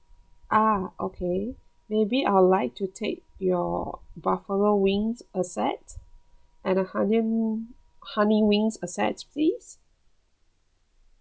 ah okay maybe I'd like to take your buffalo wings a set and a onion honey wings a set please